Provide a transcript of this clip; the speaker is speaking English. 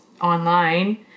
online